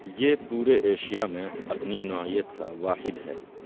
یہ پورے ایشیا میں اپنی نوعیت کا واحد ہے